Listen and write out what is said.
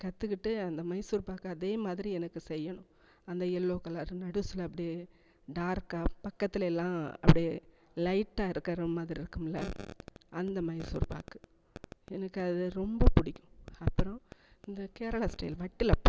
கற்றுக்கிட்டு அந்த மைசூர் பாக்கை அதேமாதிரி எனக்கு செய்யணும் அந்த எல்லோ கலர் நடுவில் அப்படியே டார்க்காக பக்கத்தில் எல்லாம் அப்படியே லைட்டாக இருக்கிற மாதிரி இருக்குமில அந்த மைசூர் பாக்கு எனக்கு அது ரொம்ப பிடிக்கும் அப்புறம் அந்த கேரளா ஸ்டைல் வட்டலப்பம்